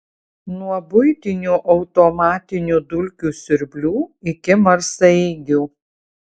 nuo buitinių automatinių dulkių siurblių iki marsaeigių